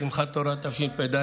שמחת תורה תשפ"ד,